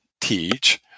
teach